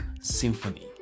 symphony